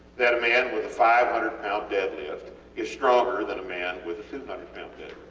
that a man with a five hundred lb dead lift is stronger than a man with a two hundred lb dead